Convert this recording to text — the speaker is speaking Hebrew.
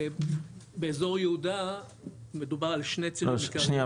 באזור יהודה מדובר על שני צירים --- שנייה,